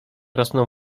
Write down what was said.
rosną